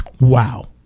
Wow